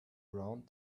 round